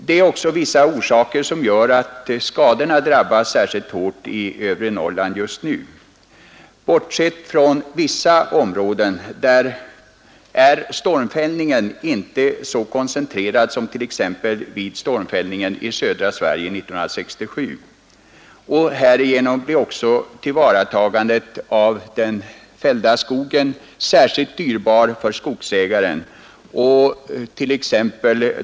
Det är också vissa orsaker som gör att skadorna drabbar övre Norrland särskilt hårt just nu. Bortsett från vissa områden är stormfällningen inte så koncentrerad som t.ex. vid stormfällningen i södra Sverige 1967. Härigenom blir tillvaratagandet av den fällda skogen ytterst dyrbart för skogsägaren.